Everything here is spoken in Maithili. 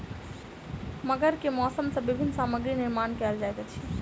मगर के मौस सॅ विभिन्न सामग्री निर्माण कयल जाइत अछि